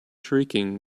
shrieking